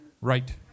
Right